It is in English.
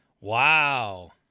Wow